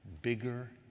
bigger